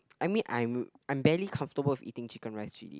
I mean I am I am barely comfortable with eating chicken rice already